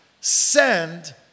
send